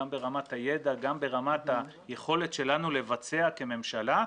גם ברמת הידע, גם ברמת היכולת שלנו לבצע כממשלה,